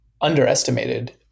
underestimated